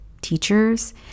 teachers